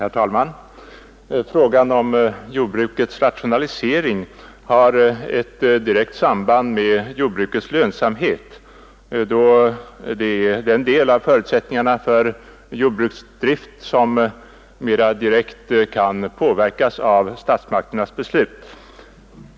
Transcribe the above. Herr talman! Frågan om jordbrukets rationalisering har ett direkt samband med jordbrukets lönsamhet eftersom verksamheten motsvarar den del av förutsättningarna för jordbruksdrift som mera direkt kan påverkas av statsmakternas beslut.